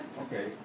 okay